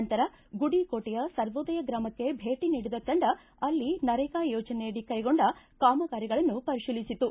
ನಂತರ ಗುಡೆಕೋಟೆಯ ಸರ್ವೋದಯ ಗ್ರಾಮಕ್ಕೆ ಭೇಟಿ ನೀಡಿದ ತಂಡ ಅಲ್ಲಿ ನರೇಗ ಯೋಜನೆಯಡಿ ಕೈಗೊಂಡ ಕಾಮಗಾರಿಗಳನ್ನು ಪರಿತೀಲಿಸಿತು